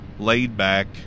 laid-back